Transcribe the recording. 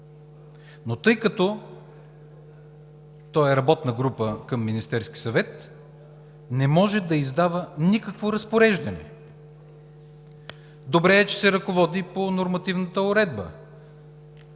но тъй като е работна група към Министерския съвет, не може да издава никакво разпореждане. Добре е, че се ръководи по нормативната уредба.